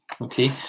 okay